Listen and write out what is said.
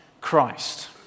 Christ